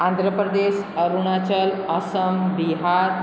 Andhra Pradesh Arunachal Assam Bihar